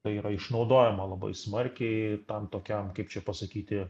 tai yra išnaudojama labai smarkiai tam tokiam kaip čia pasakyti